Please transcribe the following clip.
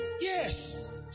Yes